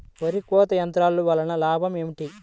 వరి కోత యంత్రం వలన లాభం ఏమిటి?